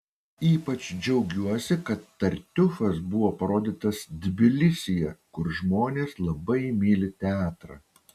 ypač džiaugiuosi kad tartiufas buvo parodytas tbilisyje kur žmonės labai myli teatrą